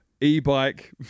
e-bike